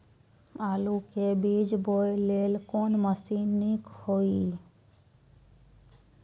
आलु के बीज बोय लेल कोन मशीन नीक ईय?